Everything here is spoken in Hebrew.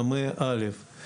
עכשיו אי אפשר